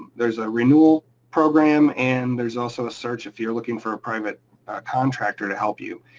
there's a renewal program, and there's also a search if you're looking for a private contractor to help you.